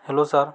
hello sir